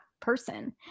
Person